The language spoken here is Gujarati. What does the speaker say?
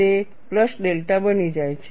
તે પ્લસ ડેલ્ટા બની જાય છે